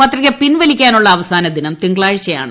പത്രിക പിൻവലിക്കാനുള്ള അവസാനദിനം തിങ്കളാഴ്ചയാണ്